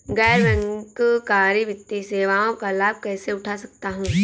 गैर बैंककारी वित्तीय सेवाओं का लाभ कैसे उठा सकता हूँ?